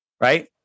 Right